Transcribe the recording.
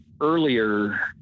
earlier